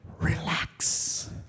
Relax